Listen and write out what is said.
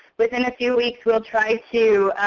within a few weeks we'll try to